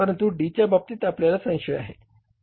परंतु D च्या बाबतीत आपल्याला संशय आहे